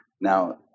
Now